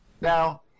Now